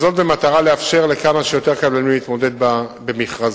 וזאת במטרה לאפשר לכמה שיותר קבלנים להתמודד במכרזיה.